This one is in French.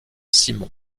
simon